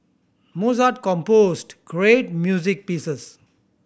mozart composed great music pieces